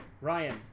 ryan